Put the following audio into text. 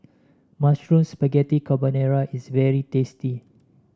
Mushroom Spaghetti Carbonara is very tasty